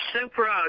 Supra